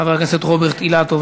חבר הכנסת רוברט אילטוב,